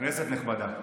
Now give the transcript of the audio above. כנסת נכבדה,